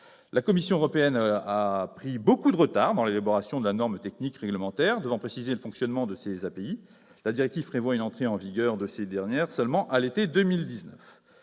La Commission européenne a pris beaucoup de retard dans l'élaboration de la norme technique réglementaire devant préciser le fonctionnement de ces API. La directive prévoit une entrée en vigueur de ces dernières à l'été 2019